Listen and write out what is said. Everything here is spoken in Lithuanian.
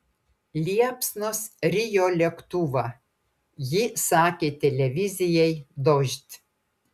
liepsnos rijo lėktuvą ji sakė televizijai dožd